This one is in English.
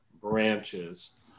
branches